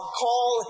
call